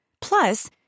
Plus